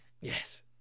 Yes